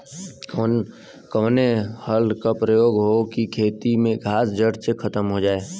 कवने हल क प्रयोग हो कि खेत से घास जड़ से खतम हो जाए?